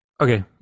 Okay